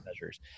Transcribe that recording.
measures